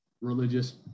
religious